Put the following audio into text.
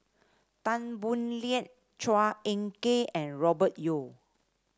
Tan Boo Liat Chua Ek Kay and Robert Yeo